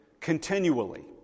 continually